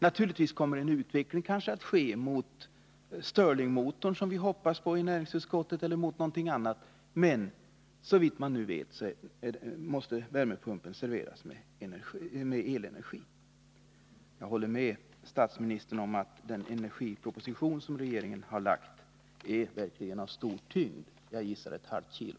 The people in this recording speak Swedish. Kanske kommer en utveckling att äga rum, eventuellt via stirlingmotorn, som vi hoppas på inom näringsutskottet, eller på något annat sätt, men f. n. måste värmepumparna drivas med elenergi. Jag håller med statsministern om att den energiproposition som regeringen har lagt fram verkligen är av stor tyngd — jag gissar ett halvt kilo.